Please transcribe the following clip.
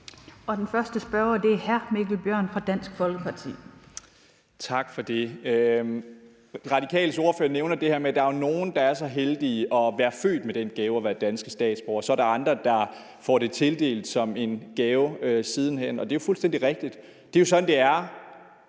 Den første spørger er hr. Mikkel Bjørn fra Dansk Folkeparti. Kl. 12:32 Mikkel Bjørn (DF): Tak for det. Radikales ordfører nævner det her med, at der er nogle, der er så heldige at være født med den gave at være danske statsborgere, og at der så er andre, der får det tildelt som en gave siden hen, og det er jo fuldstændig rigtigt. Det er sådan, det er